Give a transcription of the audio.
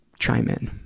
chime in.